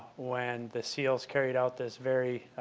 when the seals carried out this very